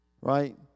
Right